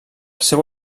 seu